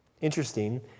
Interesting